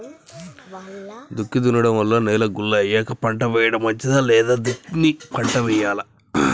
దుక్కి దున్నడం వల్ల నేల గుల్ల అయ్యాక పంట వేయడం మంచిదా లేదా దున్ని పంట వెయ్యాలా?